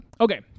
Okay